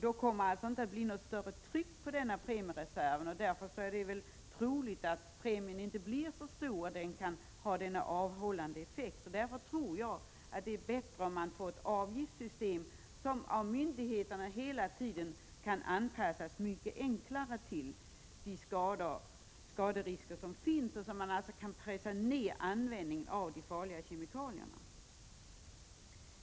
Det kommer alltså inte att bli något större tryck på denna premiereserv, och därför är det troligt att premien inte blir så stor att den kommer att avhålla från användning. För den skull tror jag att det är bättre med ett avgiftssystem, som av myndigheterna hela tiden mycket enklare kan anpassas till de skaderisker som finns. Därmed kan man också pressa ned användningen av de farliga kemikalierna.